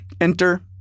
Enter